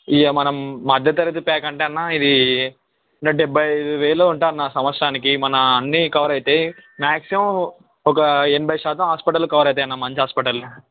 ఇక మనం మధ్య తరగతి ప్యాక్ అంటే అన్న ఇది అన్న డెబ్బై ఐదు వేలో ఉంటుంది అన్న సంవత్సరానికి మన అన్నీ కవర్ అవుతాయి మ్యాక్సిమం ఒక ఎనభై శాతం హాస్పిటల్లు కవర్ అవుతాయి అన్న మంచి హాస్పిటల్లు